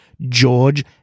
George